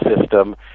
system